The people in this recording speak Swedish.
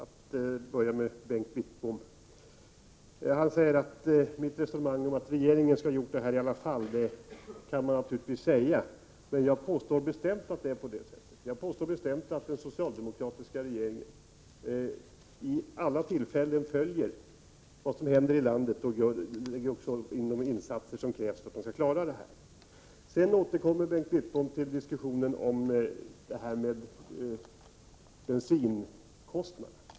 Herr talman! När det gäller mitt resonemang om att regeringen skulle ha gjort det här i alla fall säger Bengt Wittbom att man naturligtvis kan säga så. Men jag påstår bestämt att den socialdemokratiska regeringen vid alla tillfällen följer vad som händer i landet och gör de insatser som krävs för att klara dessa situationer. Sedan återkommer Bengt Wittbom till diskussionen om bensinkostnaderna.